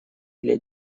для